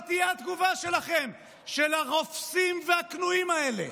מה תהיה התגובה שלכם, של הרופסים והכנועים האלה?